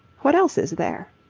what else is there?